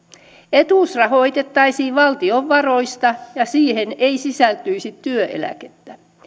etuus rahoitettaisiin valtion varoista ja siihen ei sisältyisi työeläkettä